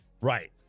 Right